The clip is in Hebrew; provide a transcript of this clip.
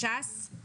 שחל ממילא.